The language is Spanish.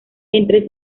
entre